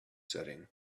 setting